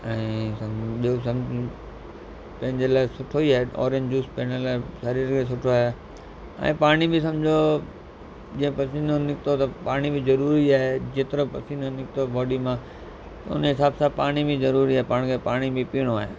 ऐं सम ॿियो स सम पंहिंजे लाइ सुठो ई आहे औरेंज जूस पंहिंजे लाइ शरीर खे सुठो आहे ऐं पाणी बि सम्झो जीअं पसीनो निकितो त पाणी बि ज़रूरी आहे जेतिरो पसीनो निकितो बॉडी मां उन हिसाब सां पाणी बि ज़रूरी आहे पाण खे पाणी बि पीअणो आहे